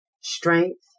strength